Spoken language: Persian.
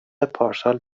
پارسال